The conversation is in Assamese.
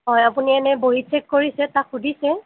হয় আপুনি এনেই বহী চেক কৰিছে তাক সুধিছে